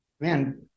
man